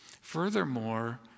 Furthermore